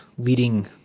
Leading